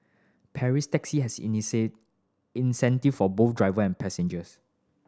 Taxi has incentive for both driver and passengers